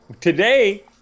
today